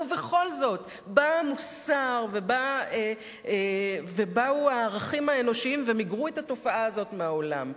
ובכל זאת בא המוסר ובאו הערכים האנושיים ומיגרו את התופעה הזאת מהעולם.